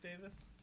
Davis